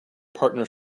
partner